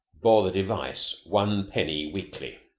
bore the device one penny weekly.